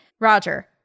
Roger